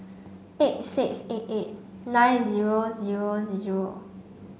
eight six eight eight nine zero zero zero